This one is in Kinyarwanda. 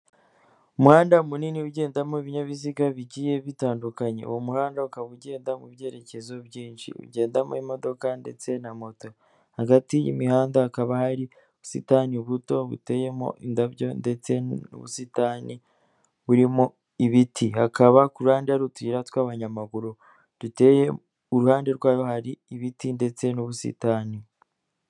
Umuhanda munini ugendamo ibinyabiziga bigiye bitandukanye, uwo muhanda ukaba ugenda mu byerekezo byinshi, ugendamo imodoka ndetse na moto, hagati y'imihanda hakaba hari ubusitani buto, buteyemo indabyo ndetse n'ubusitani burimo ibiti, hakaba kuhande hari utuyira tw'abanyamaguru duteye, uruhande rwayo hari ibiti ndetse n'ubusitani.